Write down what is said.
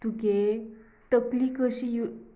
तुगे तकली कशी